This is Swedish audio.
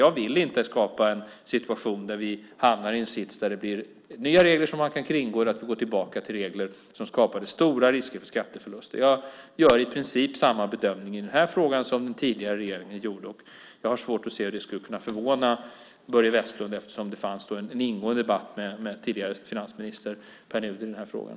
Jag vill inte skapa en situation där vi hamnar i den sitsen att det blir mer regler som man kan kringgå eller att vi går tillbaka till regler som skapade stora risker för skatteförluster. Jag gör i princip samma bedömning i den här frågan som den tidigare regeringen gjorde. Jag har svårt att se hur det skulle kunna förvåna Börje Vestlund, eftersom det fanns en ingående debatt med den tidigare finansministern Pär Nuder i den här frågan.